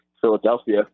Philadelphia –